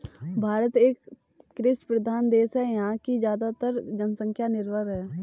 भारत एक कृषि प्रधान देश है यहाँ की ज़्यादातर जनसंख्या निर्भर है